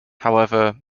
however